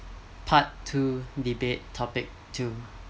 part two debate topic two